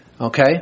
Okay